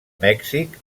mèxic